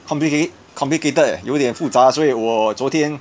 complicate~ complicated eh 有一点复杂所以我昨天